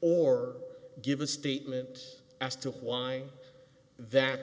or give a statement as to why that